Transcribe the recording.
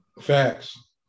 Facts